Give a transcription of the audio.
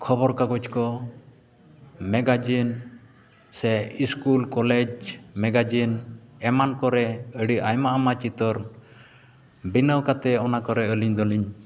ᱠᱷᱚᱵᱚᱨ ᱠᱟᱜᱚᱡᱽ ᱠᱚ ᱢᱮᱜᱟᱡᱤᱱ ᱥᱮ ᱥᱠᱩᱞ ᱠᱚᱞᱮᱡᱽ ᱢᱮᱜᱟᱡᱤᱱ ᱮᱢᱟᱱ ᱠᱚᱨᱮ ᱟᱹᱰᱤ ᱟᱭᱢᱟ ᱟᱭᱢᱟ ᱪᱤᱛᱟᱹᱨ ᱵᱮᱱᱟᱣ ᱠᱟᱛᱮᱫ ᱟᱹᱞᱤᱧ ᱫᱚᱞᱤᱧ